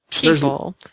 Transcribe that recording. people